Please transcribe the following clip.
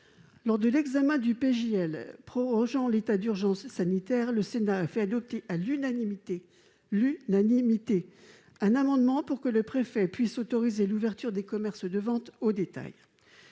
loi autorisant la prorogation de l'état d'urgence sanitaire, le Sénat a fait adopter à l'unanimité un amendement pour que le préfet puisse autoriser l'ouverture des commerces de vente au détail.